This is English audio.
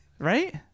Right